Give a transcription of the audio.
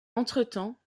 entretemps